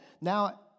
Now